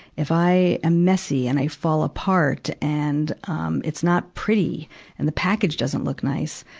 if i am messy and i fall apart and, um, it's not pretty and the package doesn't look nice,